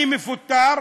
אני מפוטר.